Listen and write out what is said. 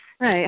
Right